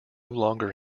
longer